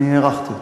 אני הארכתי אותו.